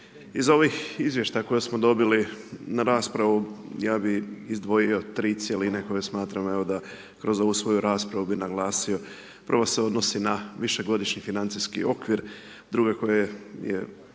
Iz ovih izvještaja koje smo dobili na raspravu, ja bih izdvojio tri cjeline koje smatram, evo da, kroz ovu svoju raspravu bih naglasio. Prva se odnosi na višegodišnji financijski okvir, druga koja je